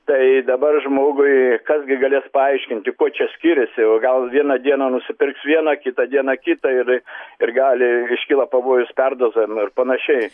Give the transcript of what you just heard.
tai dabar žmogui kas gi galės paaiškinti kuo čia skiriasi o gal vieną dieną nusipirks vieną kitą dieną kitą ir ir gali iškyla pavojus perdozavimo ir panašiai